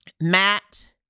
Matt